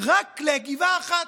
רק לגבעה אחת,